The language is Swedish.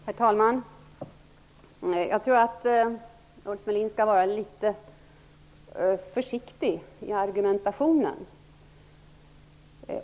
Herr talman! Jag tror att Ulf Melin bör vara litet försiktig i sin argumentation.